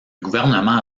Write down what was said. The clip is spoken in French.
gouvernement